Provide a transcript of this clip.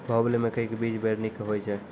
बाहुबली मकई के बीज बैर निक होई छै